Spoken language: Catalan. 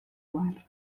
guard